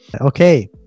okay